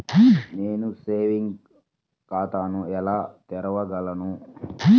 నేను సేవింగ్స్ ఖాతాను ఎలా తెరవగలను?